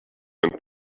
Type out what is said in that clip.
and